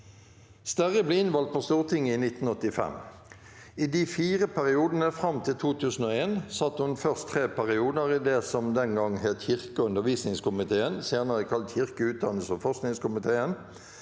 Sterri ble innvalgt på Stortinget i 1985. I de fire periodene fram til 2001 satt hun først tre perioder i det som den gang het kirke- og undervisningskomiteen, senere kalt kirke-, utdannings- og forskningskomiteen.